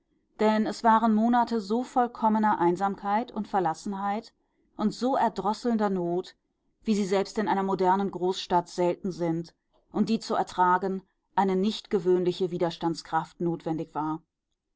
denn es waren monate so vollkommener einsamkeit und verlassenheit und so erdrosselnder not wie sie selbst in einer modernen großstadt selten sind und die zu ertragen eine nicht gewöhnliche widerstandskraft notwendig war